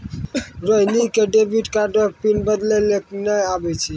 रोहिणी क डेबिट कार्डो के पिन बदलै लेय नै आबै छै